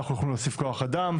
אנחנו לא יכולים להוסיף כוח אדם,